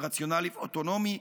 רציונלי ואוטונומי,